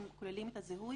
כולל זיהוי